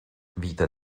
víte